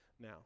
now